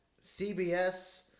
CBS